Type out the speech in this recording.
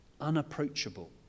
unapproachable